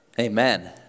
Amen